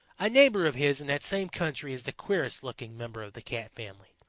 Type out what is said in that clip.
a neighbor of his in that same country is the queerest looking member of the cat family.